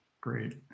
Great